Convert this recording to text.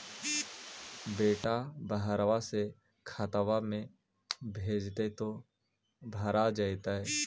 बेटा बहरबा से खतबा में भेजते तो भरा जैतय?